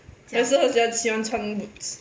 有时我喜欢喜欢穿 boots